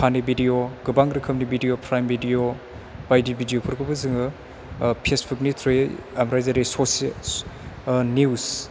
पानि भिदिअ गोबां रोखोमनि भिदिअ प्राइम बिदिअ बायदि भिदिअफोरखौबो जोङो पेसपुकनि थ्रयै ओमफ्राय जेरै निउस